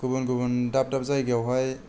गुबुन गुबुन दाब दाब जायगायावहाय